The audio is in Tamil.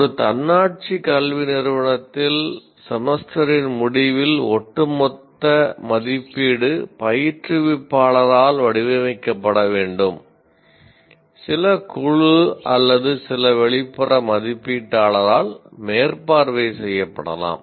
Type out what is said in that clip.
ஒரு தன்னாட்சி கல்வி நிறுவனத்தில் செமஸ்டரின் முடிவில் ஒட்டுமொத்த மதிப்பீடு பயிற்றுவிப்பாளரால் வடிவமைக்கப்பட வேண்டும் சில குழு அல்லது சில வெளிப்புற மதிப்பீட்டாளரால் மேற்பார்வை செய்யப்படலாம்